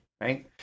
right